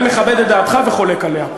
אני מכבד את דעתך, וחולק עליה.